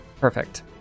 perfect